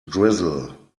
drizzle